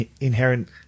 inherent